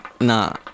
Nah